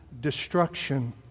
destruction